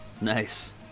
Nice